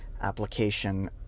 application